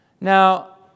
Now